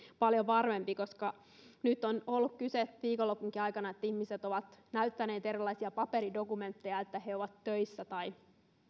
paljon varmempi nyt on ollut kyse viikonlopunkin aikana siitä että ihmiset ovat näyttäneet erilaisia paperidokumentteja siitä että he ovat töissä tai